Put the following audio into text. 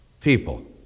people